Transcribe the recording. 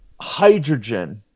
hydrogen